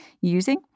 using